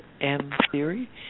M-theory